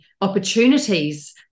opportunities